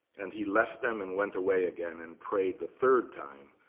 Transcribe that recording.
and he left them and went away again and prayed the third time,